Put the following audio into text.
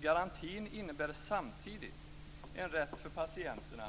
Garantin innebär samtidigt en rätt för patienterna